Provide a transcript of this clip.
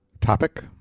topic